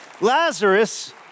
Lazarus